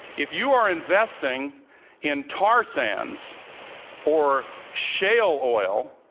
if you are investing in tar sands or shale oil,